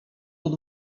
pod